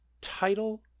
title